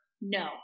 no